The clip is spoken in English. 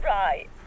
right